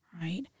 right